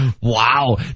Wow